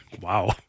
Wow